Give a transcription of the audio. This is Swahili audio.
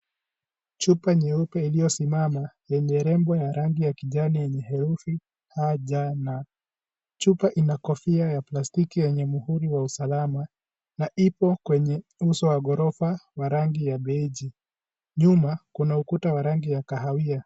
Chupa nyeupe iliyosimama yenye lebo ya rangi ya kijani yenye herufi HJN. Chupa ina kofia ya plastiki yenye mhuri wa usalama, na ipo kwenye uso wa ghorofa wa rangi ya beige . Nyuma kuna ukuta wa rangi ya kahawia.